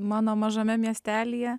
mano mažame miestelyje